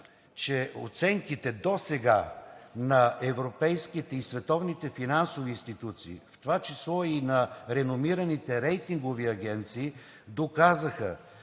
че оценките досега на европейските и световните финансови институции, в това число и на реномираните рейтингови агенции, доказаха,